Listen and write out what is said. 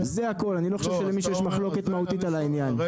זה הכל אני לא חושב שלמישהו יש מחלוקת מהותית על העניין.